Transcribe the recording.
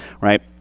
right